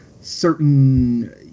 certain